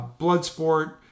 Bloodsport